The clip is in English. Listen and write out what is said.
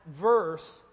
verse